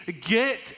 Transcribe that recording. get